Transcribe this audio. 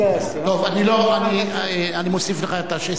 טוב, אני מוסיף לך 20 שניות.